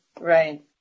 Right